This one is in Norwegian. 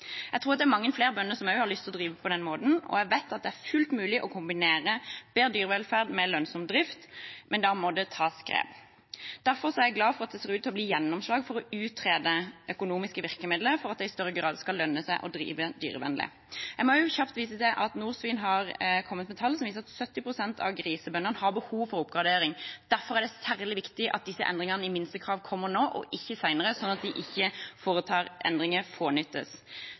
Jeg tror at det er mange flere bønder som også har lyst til å drive på den måten, og jeg vet at det er fullt mulig å kombinere bedre dyrevelferd med lønnsom drift, men da må det tas grep. Derfor er jeg glad for at det ser ut til å bli gjennomslag for å utrede økonomiske virkemidler for at det i større grad skal lønne seg å drive dyrevennlig. Jeg må også kjapt vise til at Norsvin har kommet med tall som viser at 70 pst. av grisebøndene har behov for oppgradering. Derfor er det særlig viktig at disse endringene i minstekrav kommer nå, og ikke senere, sånn at vi ikke foretar endringer fånyttes.